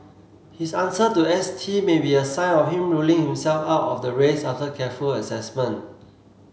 his answer to S T may be a sign of him ruling himself out of the race after careful assessment